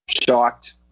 Shocked